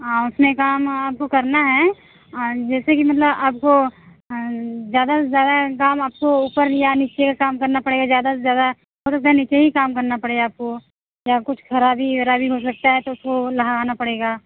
आपने कहा ना आपको करना हैं जैसे कि मतलब आपको ज़्यादा से ज़्यादा आपको काम ऊपर या नीचे का काम करना पड़ेगा ज़्यादा से ज़्यादा ऊपर या नीचे ही काम करना पड़ेगा आपको और कुछ ख़राबी ओराबी हो सकता है तो उसको लगाना पड़ेगा